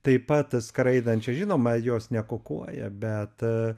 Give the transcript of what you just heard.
taip pat skraidančia žinoma jos ne kukuoja bet